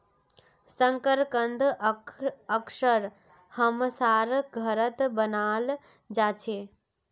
शकरकंद अक्सर हमसार घरत बनाल जा छे